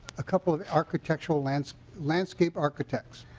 a couple of architectural landscape landscape architects